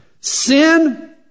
Sin